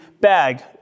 bag